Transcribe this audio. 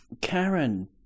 Karen